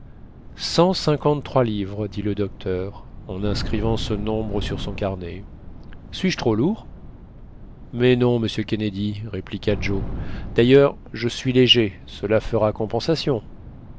cinquante-trois livres dit le docteur en inscrivant ce nombre sur son carnet suis-je trop lourd mais non monsieur kennedy répliqua joe d'ailleurs je suis léger cela fera compensation